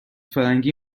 فرنگی